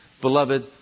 beloved